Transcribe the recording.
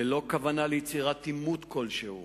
ללא כוונה ליצור עימות כלשהו.